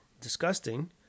disgusting